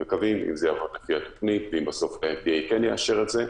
אנחנו מקווים אם זה יעבוד לפי התוכנית ואם בסוף ה-FDA כן יאשר את זה,